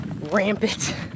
rampant